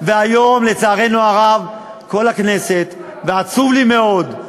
היום, לצערנו הרב, כל הכנסת, ועצוב לי מאוד,